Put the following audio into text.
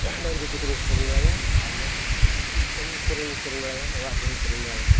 ᱰᱟᱹᱝᱨᱤ ᱜᱩᱯᱤ ᱠᱚᱨᱮᱧ ᱥᱮᱨᱮᱧ ᱵᱟᱲᱟᱭᱟ ᱟᱨ ᱱᱚᱣᱟ ᱠᱟᱹᱢᱤ ᱠᱚᱨᱮᱧ ᱥᱮᱨᱮᱧ ᱵᱟᱲᱟᱭᱟ ᱚᱲᱟᱜ ᱟᱨ ᱚᱲᱟᱜ ᱠᱚᱨᱮᱜ ᱦᱚᱧ ᱥᱮᱨᱮᱧ ᱵᱟᱲᱟᱭᱟ